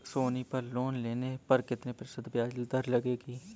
सोनी पर लोन लेने पर कितने प्रतिशत ब्याज दर लगेगी?